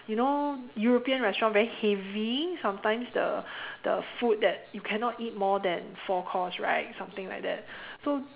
you know European restaurant very heavy sometimes the the food that you cannot eat more than four course right something like that so